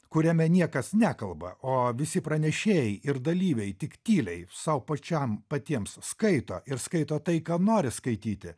kuriame niekas nekalba o visi pranešėjai ir dalyviai tik tyliai sau pačiam patiems skaito ir skaito tai ką nori skaityti